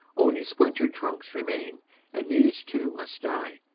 only splintered trunks remain and these too must die.